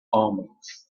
omens